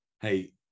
Hey